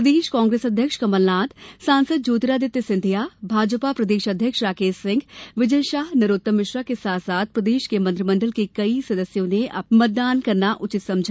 प्रदेश कांग्रेस अध्यक्ष कमलनाथ सांसद ज्योतिरादित्य सिंधिया भाजपा प्रदेश अध्यक्ष राकेश सिंह विजय शाह नरोत्तम मिश्रा के साथ साथ प्रदेश मंत्रिमण्डल के कई सदस्यों ने सबसे पहले मतदान करना उचित समझा